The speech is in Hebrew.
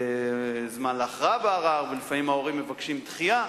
זמן להכרעה בערר, ולפעמים ההורים מבקשים דחייה.